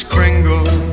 Kringle